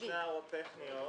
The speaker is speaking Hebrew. שתי הערות טכניות.